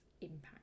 impact